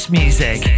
music